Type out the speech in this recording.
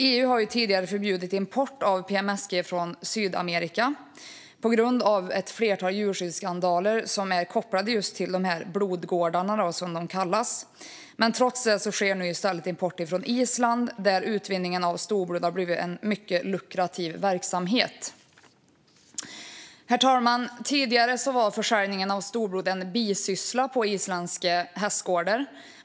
EU har tidigare förbjudit import av PMSG från Sydamerika på grund av ett flertal djurskyddsskandaler som är kopplade just till dessa blodgårdar, som de kallas. Men trots detta sker nu i stället import från Island där utvinning av stoblod har blivit en mycket lukrativ verksamhet. Herr talman! Tidigare var försäljningen av stoblod en bisyssla på isländska hästgårdar.